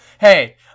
Hey